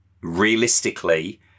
realistically